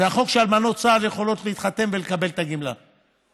זה החוק שאלמנות צה"ל יכולות להתחתן ולקבל את הגמלה,